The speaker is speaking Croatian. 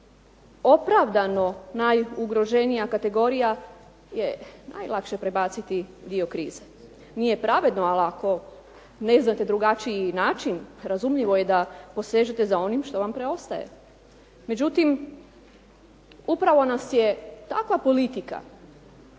opravdano najugroženija kategorija je najlakše prebaciti dio krize. Nije pravedno, ali ako ne znate drugačiji način razumljivo je da posežete za onim što vam preostaje. Međutim, upravo nas je takva politika